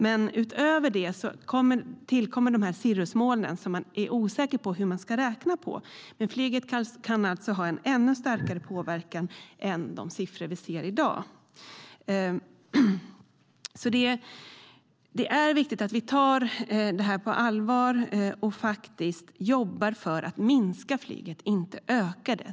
Cirrusmolnen tillkommer alltså, och man är osäker på hur man ska räkna, men flyget kan ha en ännu starkare påverkan än de siffror vi ser i dag. Det är viktigt att vi tar detta på allvar och jobbar för att minska flyget, inte öka det.